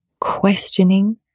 questioning